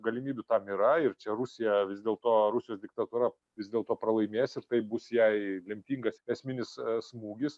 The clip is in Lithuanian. galimybių tam yra ir čia rusija vis dėlto rusijos diktatūra vis dėlto pralaimės ir tai bus jai lemtingas esminis smūgis